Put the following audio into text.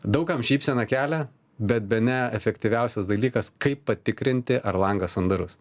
daug kam šypseną kelia bet bene efektyviausias dalykas kaip patikrinti ar langas sandarus